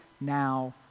now